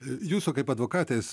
jūsų kaip advokatės